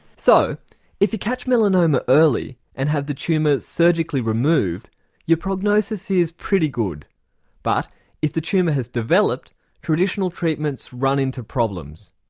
so if you catch melanoma early and have the tumour surgically removed your prognosis is pretty good but if the tumour has developed traditional treatments run into problems.